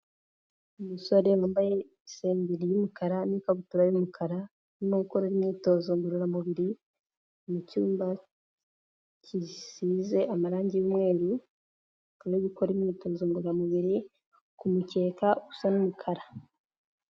Umusore wambaye isengeri y'umukara n'ikabutura y'umukara, urimo gukora imyitozo ngororamubiri, mu cyumba gisize amarangi y'umweru, akaba ari gukora imyitozo ngororamubiri, ku mukeka usa n'umukara.